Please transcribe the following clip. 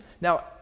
Now